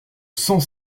cent